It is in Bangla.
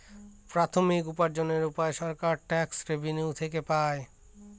প্রাথমিক উপার্জনের উপায় সরকার ট্যাক্স রেভেনিউ থেকে পাই